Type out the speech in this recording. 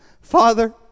Father